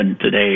today